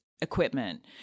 equipment